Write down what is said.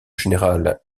général